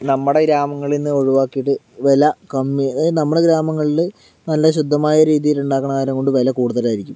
നമ്മുടെ ഗ്രാമങ്ങളിൽ നിന്ന് ഒഴിവാക്കിയിട്ട് വില കമ്മി അതായത് നമ്മുടെ ഗ്രാമങ്ങളിൽ നല്ല ശുദ്ധമായ രീതിയിൽ ഉണ്ടാക്കണ ആയതുകൊണ്ട് വില കൂടുതലായിരിക്കും